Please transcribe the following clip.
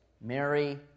Mary